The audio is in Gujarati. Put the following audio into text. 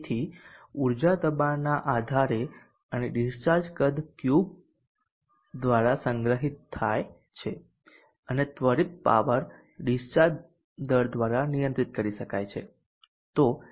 તેથી ઊર્જા દબાણના આધારે અને ડિસ્ચાર્જ કદ ક્યૂ દ્વારા સંગ્રહિત થાય છે અને ત્વરિત પાવર ડીસ્ચાર્જ દર દ્વારા નિયંત્રિત કરી શકાય છે